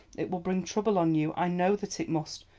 it will bring trouble on you, i know that it must.